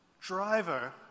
driver